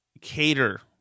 cater